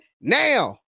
now